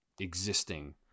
existing